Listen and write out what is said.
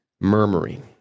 murmuring